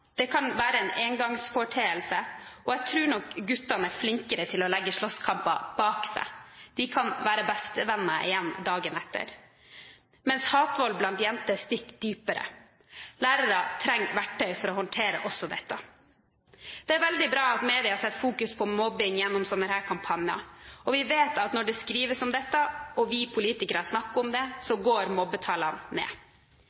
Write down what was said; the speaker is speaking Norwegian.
Det kan være en engangsforeteelse, og jeg tror nok gutter er flinkere til å legge slåsskamper bak seg. De kan være bestevenner igjen dagen etter, mens hatvold blant jenter stikker dypere. Lærere trenger verktøy for å håndtere også dette. Det er veldig bra at media setter fokus på mobbing gjennom slike kampanjer. Vi vet at når det skrives om dette, og vi politikere snakker om det,